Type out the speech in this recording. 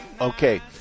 Okay